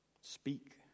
Speak